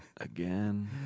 again